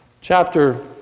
chapter